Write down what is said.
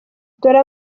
dore